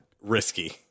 Risky